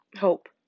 hope